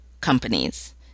companies